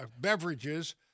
beverages